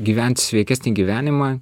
gyvent sveikesnį gyvenimą